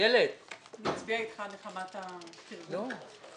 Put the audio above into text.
אצביע איתך מחמת הפרגון.